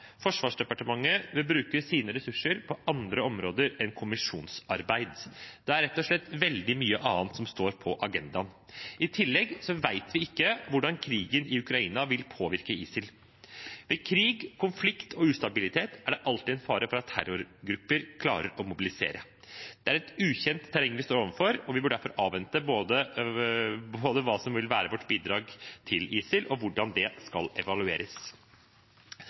Forsvarsdepartementet bør bruke sine ressurser på andre områder enn kommisjonsarbeid. Det er rett og slett veldig mye annet som står på agendaen. I tillegg vet vi ikke hvordan krigen i Ukraina vil påvirke ISIL. Ved krig, konflikt og ustabilitet er det alltid en fare for at terrorgrupper klarer å mobilisere. Det er et ukjent terreng vi står overfor, og vi bør derfor avvente både hva som vil være vårt bidrag med hensyn til ISIL, og hvordan det skal evalueres.